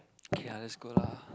kay ah let's go lah